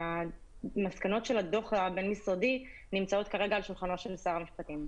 מסקנות הדוח הבין-משרדי נמצאות כרגע על שולחנו של שר המשפטים.